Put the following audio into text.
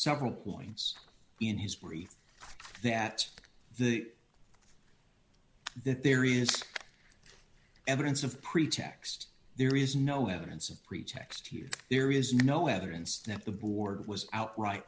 several points in his brief that the that there is evidence of pretext there is no evidence of pretext here there is no evidence that the board was outright